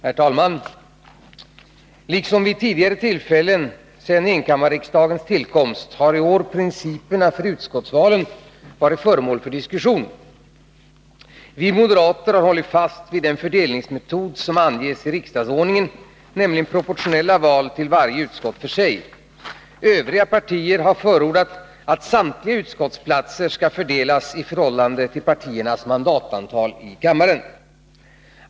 Herr talman! Liksom vid tidigare tillfällen sedan enkammarriksdagens tillkomst har i år principerna för utskottsvalen varit föremål för diskussion. Vi moderater har hållit fast vid den fördelningsmetod som anges i riksdagsordningen, nämligen proportionella val till varje utskott för sig. Övriga partier har förordat att samtliga utskottsplatser skall fördelas i förhållande till partiernas mandatantal i kammaren.